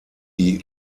die